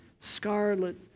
scarlet